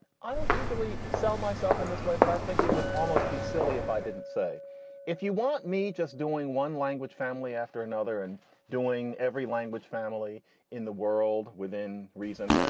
i don't usually sell myself in this way. but i think it would almost be silly if i didn't say if you want me just doing one language family after another and doing every language family in the world within reason.